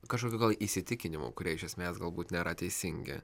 kažkokių įsitikinimų kurie iš esmės galbūt nėra teisingi